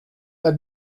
pas